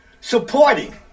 supporting